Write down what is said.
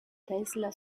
tesla